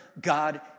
God